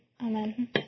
Amen